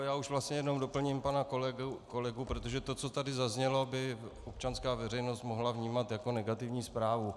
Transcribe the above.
Já už vlastně jenom doplním pana kolegu, protože to, co tady zaznělo, by občanská veřejnost mohla vnímat jako negativní zprávu.